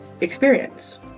experience